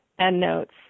endnotes